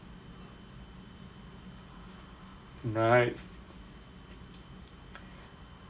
nice